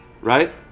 Right